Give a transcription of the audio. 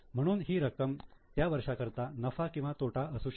म्हणून ही रक्कम त्या वर्षा करिता नफा किंवा तोटा असू शकते